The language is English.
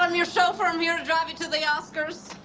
um your chauffeur. i'm here to drive you to the oscars.